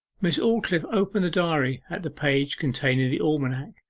miss aldclyffe opened the diary at the page containing the almanac,